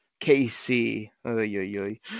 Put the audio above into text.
KC